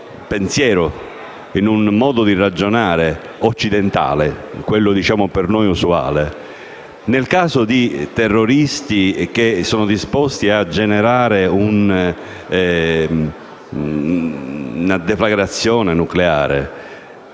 pensiero, in un modo di ragionare occidentale, quello per noi usuale. Nel caso di terroristi disposti a generare una deflagrazione nucleare